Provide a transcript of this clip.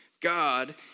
God